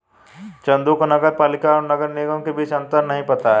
चंदू को नगर पालिका और नगर निगम के बीच अंतर नहीं पता है